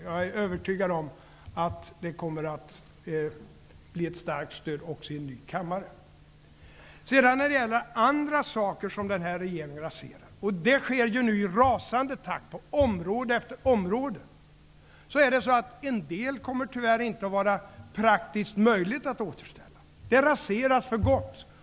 Jag är övertygad om att det kommer att bli ett starkt stöd för detta även i en kammare med ny sammansättning. När det gäller andra saker som den här regeringen raserar, vilket nu sker i rasande takt på område efter område, kommer en del tyvärr inte att vara praktiskt möjlijgt att återställa. Det raseras för gott.